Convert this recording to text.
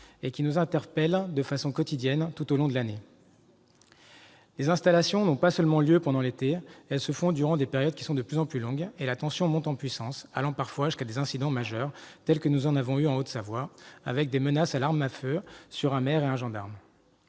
et qui nous interpellent régulièrement tout au long de l'année. Les installations n'ont pas seulement lieu pendant l'été ; elles se font durant des périodes qui sont de plus en plus longues, et la tension monte en puissance, allant parfois jusqu'à des incidents majeurs, comme nous en avons connus en Haute-Savoie où un maire et un gendarme